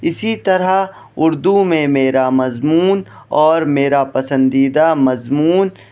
اسی طرح اردو میں میرا مضمون اور میرا پسندیدہ مضمون